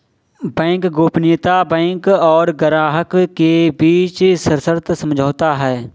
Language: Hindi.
बैंक गोपनीयता बैंक और ग्राहक के बीच सशर्त समझौता है